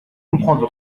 comprendre